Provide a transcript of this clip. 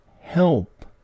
help